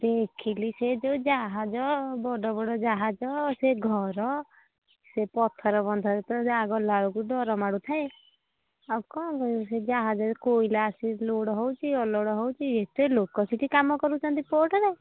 ଦେଖିଲି ସେ ଯୋଉ ଯାହାଜ ବଡ଼ ବଡ଼ ଯାହାଜ ସେ ଘର ସେ ପଥର ବନ୍ଧରେ ତ ଗଲାବେଳକୁ ଡ଼ର ମାଡ଼ୁଥାଏ ଆଉ କ'ଣ ସେ ଯାହାଜ କୋଇଲା ଆସି ଲୋଡ଼୍ ହେଉଛି ଅଲୋଡ଼ ହେଉଛି ଏତେ ଲୋକ ସେଠି କାମ କରୁଛନ୍ତି ପୋର୍ଟରେ